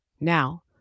Now